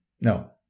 No